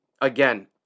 again